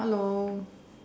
hello